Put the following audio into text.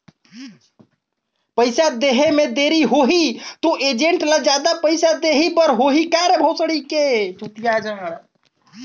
पइसा देहे मे देरी होही तो एजेंट ला जादा पइसा देही बर होही का?